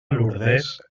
lourdes